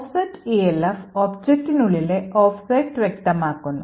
Offset ELF ഒബ്ജക്റ്റിനുള്ളിലെ offset വ്യക്തമാക്കുന്നു